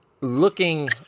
looking